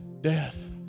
Death